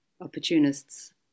opportunists